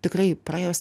tikrai praėjus